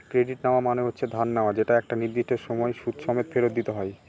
credit নেওয়া মানে হচ্ছে ধার নেওয়া যেটা একটা নির্দিষ্ট সময় সুদ সমেত ফেরত দিতে হয়